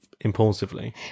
impulsively